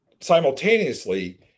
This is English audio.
simultaneously